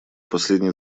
последний